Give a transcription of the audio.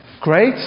Great